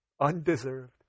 undeserved